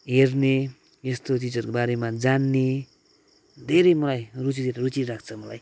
हेर्ने यस्तो चीजहरूको बारेमा जान्ने धेरै मलाई रुचि रुचि लाग्छ मलाई